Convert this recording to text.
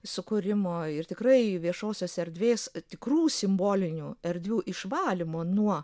sukūrimo ir tikrai viešosios erdvės tikrų simbolinių erdvių išvalymo nuo